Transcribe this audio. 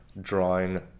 drawing